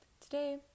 today